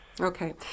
Okay